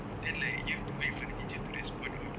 then like you have to wait for the teacher to respond all